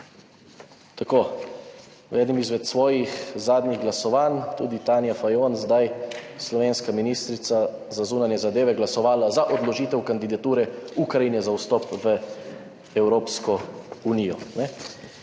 tako v enem izmed svojih zadnjih glasovanj tudi Tanja Fajon, zdaj slovenska ministrica za zunanje zadeve, glasovala za odložitev kandidature Ukrajine za vstop v Evropsko unijo.